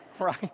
right